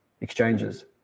exchanges